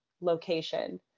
location